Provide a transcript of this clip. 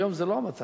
היום זה לא המצב,